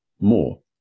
more